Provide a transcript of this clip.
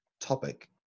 topic